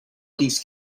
these